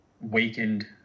weakened